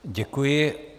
Děkuji.